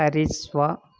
ஹரிஸ்வா